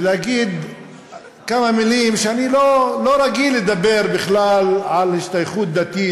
ולהגיד כמה מילים: אני לא רגיל לדבר בכלל על השתייכות דתית,